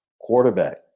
quarterback